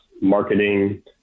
marketing